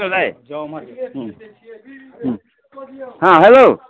आएल जाउ ओम्हर गेल हूँ हँ हेलो